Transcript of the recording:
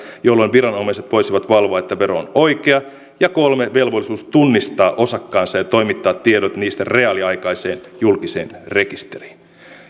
jolloin viranomaiset voisivat valvoa että vero on oikea ja kolme velvollisuus tunnistaa osakkaansa ja toimittaa tiedot niistä reaaliaikaiseen julkiseen rekisteriin